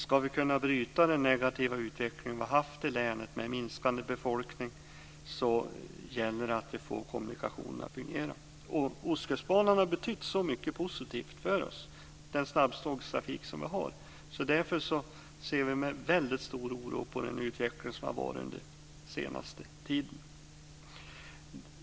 Ska vi kunna bryta den negativa utveckling som vi haft i länet, med minskande befolkning, gäller det att vi får tågkommunikationerna att fungera. Ostkustbanan har betytt mycket positivt för den snabbtågstrafik som vi har. Därför ser vi med väldigt stor oro på den utveckling som har ägt rum under den senaste tiden.